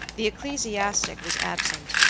the ecclesiastic was absent,